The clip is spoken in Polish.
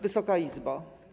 Wysoka Izbo!